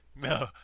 No